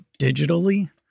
digitally